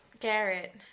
Garrett